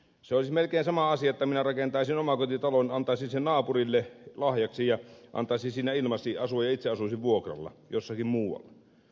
se olisi melkein sama asia että minä rakentaisin omakotitalon antaisin sen naapurille lahjaksi ja antaisin siinä ilmaiseksi asua ja itse asuisin vuokralla jossakin muualla